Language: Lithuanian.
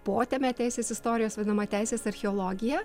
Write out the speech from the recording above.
potemę teisės istorijos vadinamą teisės archeologija